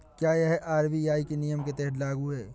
क्या यह आर.बी.आई के नियम के तहत लागू है?